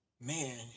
Man